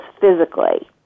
physically